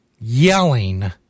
yelling